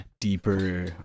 deeper